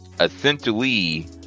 essentially